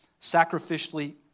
sacrificially